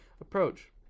approach